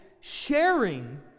sharing